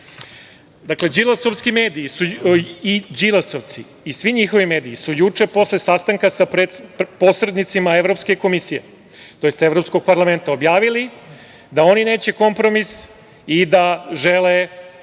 i Đilasovci, svi njihovi mediji, su juče posle sastanka sa posrednicima Evropske komisije, tj. Evropskog parlamenta objavili da oni neće kompromis i da žele samo